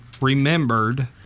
remembered